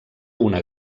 una